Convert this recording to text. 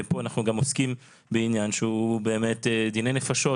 ופה אנחנו גם עוסקים בעניין שהוא באמת דיני נפשות.